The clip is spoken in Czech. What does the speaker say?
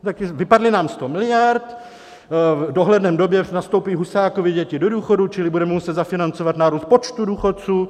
Tak vypadlo nám sto miliard, v dohledné době nastoupí Husákovy děti do důchodu, čili budeme muset zafinancovat nárůst počtu důchodců.